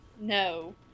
No